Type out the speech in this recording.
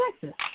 Texas